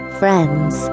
friends